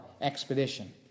Expedition